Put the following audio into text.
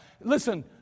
Listen